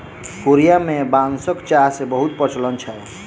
Korea में बांसक चाह के बहुत प्रचलन छै